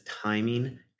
timing